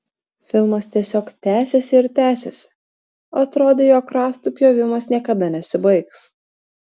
filmas tiesiog tęsėsi ir tęsėsi atrodė jog rąstų pjovimas niekada nesibaigs